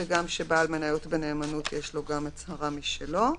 וכן, שבעל מניות בנאמנות, יש לו גם הצהרה משלו.